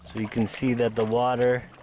so you can see that the water